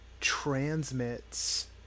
transmits